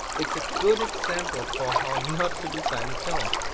it's a good example for how not to design a challenge.